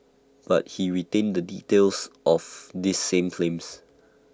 but he retained the details of these same claims